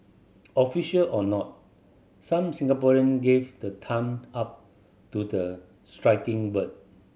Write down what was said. official or not some Singaporean gave the thumb up to the striking bird